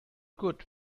good